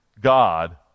God